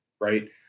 Right